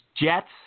Jets